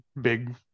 big